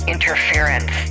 interference